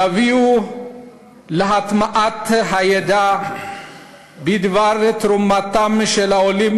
יביאו להטמעת הידע בדבר תרומתם של העולים